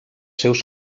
seus